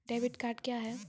Debit card क्या हैं?